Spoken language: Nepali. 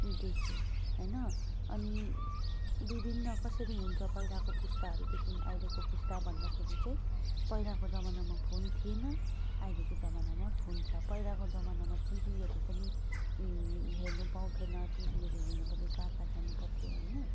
देखेँ होइन अनि विभिन्न कसरी हुन्छ पहिलाको पुस्ताहरूदेखिन् अहिलेको पुस्ता भन्दाखेरि चाहिँ पहिलाको जमानामा फोन थिएन अहिलेको जमानामा फोन छ पहिलाको जमानामा टिभीहरू पनि हेर्नु पाउँथेन टिभीहरू हेर्नु पनि कहाँ कहाँ जानु पर्थ्यो होइन